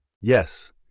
Yes